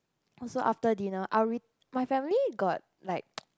also after dinner our routine~ my family got like